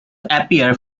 appear